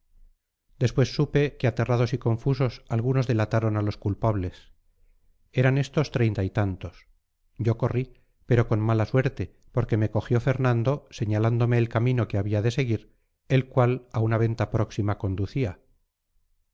después supe que aterrados y confusos algunos delataron a los culpables eran éstos treinta y tantos yo corrí pero con mala suerte porque me cogió fernando señalándome el camino que había de seguir el cual a una venta próxima conducía